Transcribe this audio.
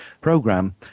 program